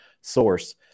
source